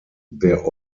der